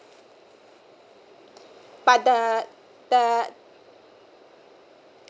but the the